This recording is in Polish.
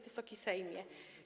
Wysoki Sejmie!